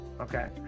okay